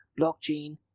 Blockchain